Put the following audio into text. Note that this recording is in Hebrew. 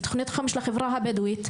ותוכניות חומש לחברה הבדואית.